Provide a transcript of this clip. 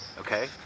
Okay